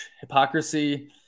hypocrisy